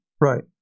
right